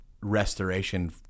restoration